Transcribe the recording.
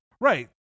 Right